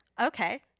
Okay